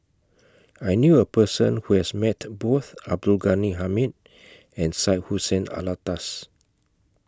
I knew A Person Who has Met Both Abdul Ghani Hamid and Syed Hussein Alatas